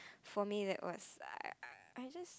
for me that was I~ I just